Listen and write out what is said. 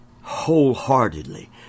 wholeheartedly